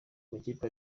makipe